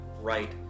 right